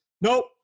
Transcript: Nope